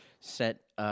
set